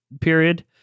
period